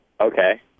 Okay